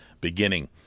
beginning